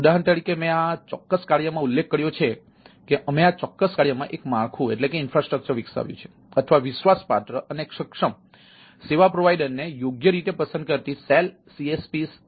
ઉદાહરણ તરીકે મેં આ ચોક્કસ કાર્યમાં ઉલ્લેખ કર્યો છે કે અમે આ ચોક્કસ કાર્યમાં એક માળખું વિકસાવ્યું છે અથવા વિશ્વાસપાત્ર અને સક્ષમ સેવા પ્રોવાઇડરને યોગ્ય રીતે પસંદ કરતી SelCSP સેલ ઉભી કરી છે